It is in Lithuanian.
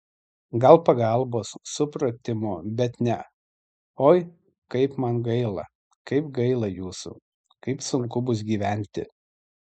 gal pagalbos supratimo bet ne oi kaip man gaila kaip gaila jūsų kaip sunku bus gyventi